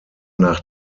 nach